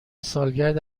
سالگرد